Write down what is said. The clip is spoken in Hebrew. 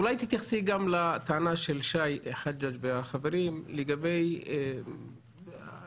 אולי תתייחסי גם לטענה של שי חג'ג' והחברים לגבי החקלאים